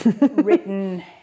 written